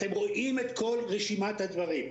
אתם רואים את כל רשימת הדברים,